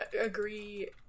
agree